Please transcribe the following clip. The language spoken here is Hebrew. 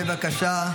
בבקשה.